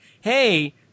hey